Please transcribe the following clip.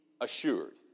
assured